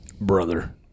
Brother